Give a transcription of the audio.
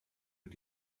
mit